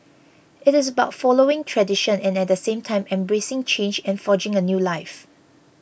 it is about following tradition and at the same time embracing change and forging a new life